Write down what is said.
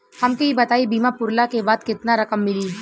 हमके ई बताईं बीमा पुरला के बाद केतना रकम मिली?